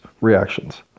reactions